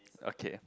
okay